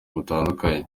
butandukanye